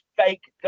fake